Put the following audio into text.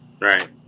right